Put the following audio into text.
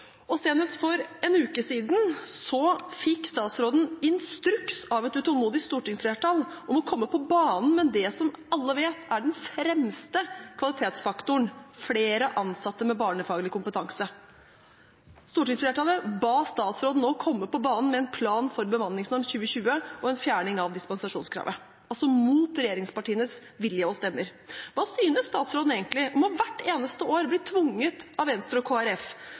Senest for en uke siden fikk statsråden instruks av et utålmodig stortingsflertall om å komme på banen med det som alle vet er den fremste kvalitetsfaktoren, nemlig flere ansatte med barnefaglig kompetanse. Stortingsflertallet ba statsråden komme på banen med en plan for bemanningsnorm fra 2020 og en fjerning av dispensasjonskravet, altså imot regjeringspartienes vilje og stemmer. Hva synes statsråden om at han hvert eneste år blir tvunget av Venstre og